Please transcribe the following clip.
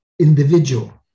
individual